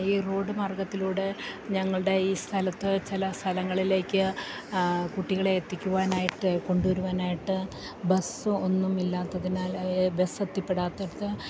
ഈ റോഡ് മാർഗ്ഗത്തിലൂടെ ഞങ്ങളുടെ ഈ സ്ഥലത്തു ചില സ്ഥലങ്ങളിലേക്ക് കുട്ടികളെ എത്തിക്കുവാനായിട്ട് കൊണ്ടു വരുവാനായിട്ട് ബസ് ഒന്നും ഇല്ലാത്തതിനാൽ ബസ് എത്തിപ്പെടാത്തിടത്ത്